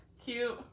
Cute